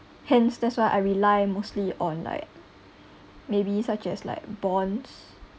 hence that's why I rely mostly on like maybe such as like bonds